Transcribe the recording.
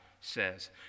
says